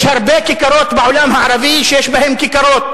יש הרבה מדינות בעולם הערבי שיש בהן כיכרות,